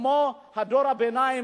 כמו דור הביניים,